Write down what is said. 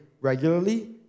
regularly